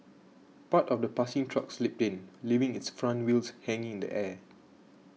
part of the passing truck slipped in leaving its front wheels hanging in the air